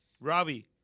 Robbie